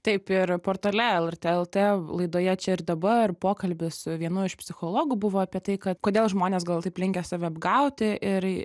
taip ir portale lrt lt laidoje čia ir dabar pokalbis vienu iš psichologų buvo apie tai kad kodėl žmonės gal taip linkę save apgauti ir